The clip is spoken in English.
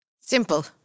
Simple